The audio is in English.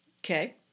Okay